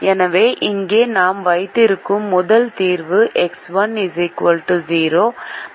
எனவே இங்கே நாம் வைத்திருக்கும் முதல் தீர்வு எக்ஸ் 1 0 மற்றும் எக்ஸ் 2 0 ஆகும்